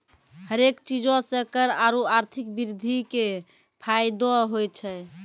हरेक चीजो से कर आरु आर्थिक वृद्धि के फायदो होय छै